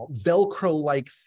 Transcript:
Velcro-like